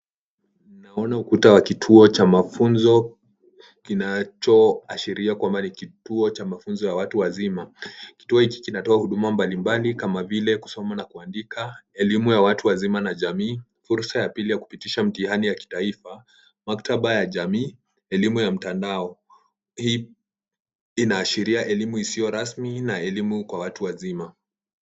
Naona ukuta wa kituo cha mafunzo, kinachoashiria kwamba ni kituo cha mafunzo ya watu wazima. Kituo hiki kinatoa huduma mbalimbali kama vile kusoma na kuandika, elimu ya watu wazima na jamii, fursa ya pili ya kupitisha mitihani ya kitaifa, maktaba ya jamii, elimu ya mtandao. Hii inaashiria elimu isiyo rasmi na elimu kwa watu wazima.